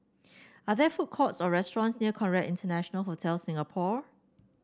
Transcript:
are there food courts or restaurants near Conrad International Hotel Singapore